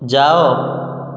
ଯାଅ